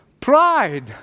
Pride